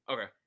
Okay